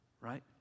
Right